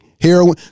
Heroin